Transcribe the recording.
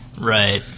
Right